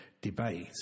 debate